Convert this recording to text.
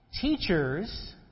Teachers